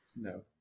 no